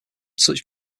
such